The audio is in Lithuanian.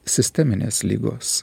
sisteminės ligos